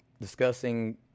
discussing